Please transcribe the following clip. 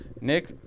Nick